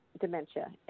dementia